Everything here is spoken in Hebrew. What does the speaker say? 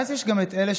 באיזשהו מקום.